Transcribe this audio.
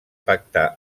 pactar